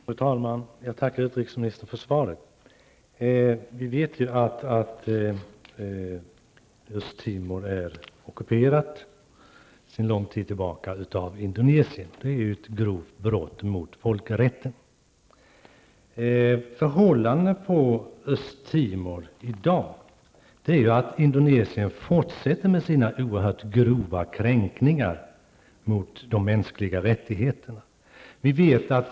Fru talman! Jag tackar utrikesministern för svaret. Vi vet att Östtimor sedan lång tid tillbaka är ockuperat -- det är ju ett grovt brott mot folkrätten. Läget på Östtimor i dag är att Indonesien fortsätter med sina oerhört grova kränkningar av de mänskliga rättigheterna.